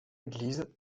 église